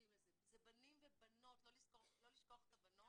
שזקוקים לזה, זה בנים ובנות, לא לשכוח את הבנות,